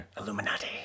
Illuminati